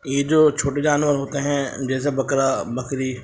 یہ جو چھوٹے جانور ہوتے ہیں جیسے بکرا بکری